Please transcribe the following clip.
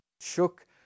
shook